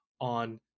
on